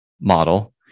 model